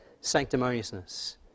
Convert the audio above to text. sanctimoniousness